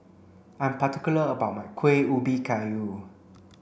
I'm particular about my Kuih Ubi Kayu